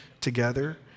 together